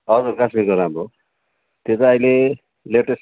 हजुर काश्मीरको राम्रो हो त्यो त अहिले लेटेस्ट